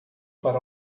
para